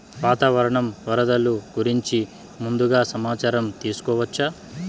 వాతావరణం వరదలు గురించి ముందుగా సమాచారం తెలుసుకోవచ్చా?